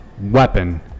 weapon